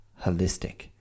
holistic